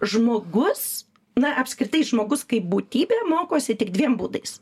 žmogus na apskritai žmogus kaip būtybė mokosi tik dviem būdais